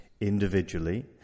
individually